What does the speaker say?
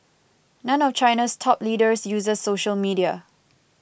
none of China's top leaders uses social media